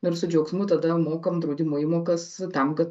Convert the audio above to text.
ir su džiaugsmu tada jau mokam draudimo įmokas tam kad